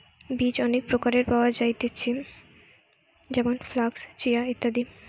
বীজ অনেক প্রকারের পাওয়া যায়তিছে যেমন ফ্লাক্স, চিয়া, ইত্যাদি